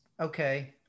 okay